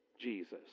Jesus